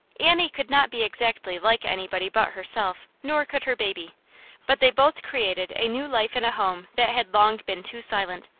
annie could not be exactly like anybody but her self, nor could her baby but they both created a new life in a home that had long been too silent,